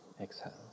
Exhale